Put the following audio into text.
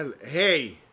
Hey